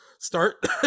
Start